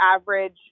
average